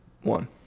one